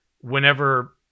whenever